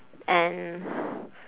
and